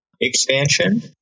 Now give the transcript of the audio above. expansion